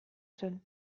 zen